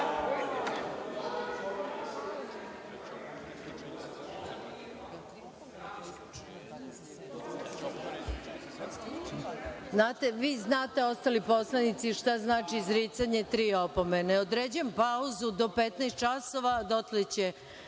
znate, ostali poslanici, šta znači izricanje tri opomene. Određujem pauzu do 15 časova. Dotle će